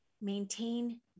maintain